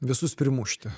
visus primušti